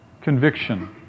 conviction